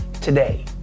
today